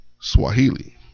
Swahili